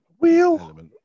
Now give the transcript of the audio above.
wheel